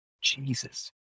Jesus